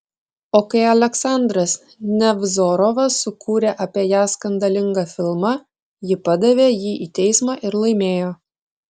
o kai aleksandras nevzorovas sukūrė apie ją skandalingą filmą ji padavė jį į teismą ir laimėjo